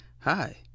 hi